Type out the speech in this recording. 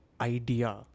idea